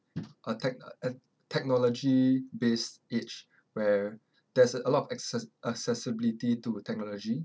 a tech~ uh a technology based age where there's a lot of access~ accessibility to technology